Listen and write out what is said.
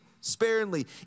sparingly